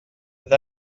bydd